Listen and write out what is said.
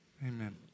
amen